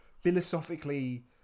philosophically